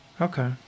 Okay